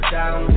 down